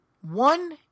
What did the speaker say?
One